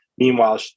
Meanwhile